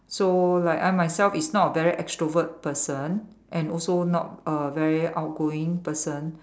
so like I myself is not a very extrovert person and also not a very outgoing person